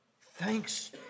Thanks